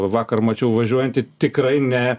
vakar mačiau važiuojantį tikrai ne